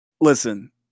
listen